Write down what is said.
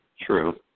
True